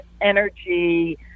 energy